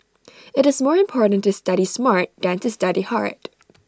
IT is more important to study smart than to study hard